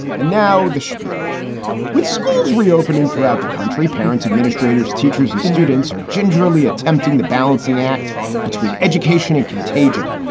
and now the spiel with schools reopening throughout the country, parents, administrators, teachers and students are gingerly attempting the balancing act between education and contagion.